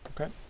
Okay